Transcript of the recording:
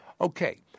Okay